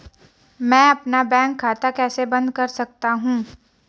मैं अपना बैंक खाता कैसे बंद कर सकता हूँ?